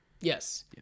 Yes